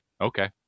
okay